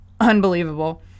unbelievable